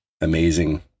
amazing